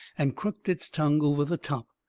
and crooked its tongue over the top.